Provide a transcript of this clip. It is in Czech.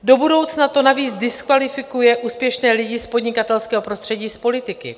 Do budoucna to navíc diskvalifikuje úspěšné lidi z podnikatelského prostředí z politiky.